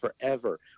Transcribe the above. forever